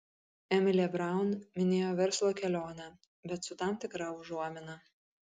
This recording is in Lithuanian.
emilė braun minėjo verslo kelionę bet su tam tikra užuomina